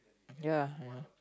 ya ya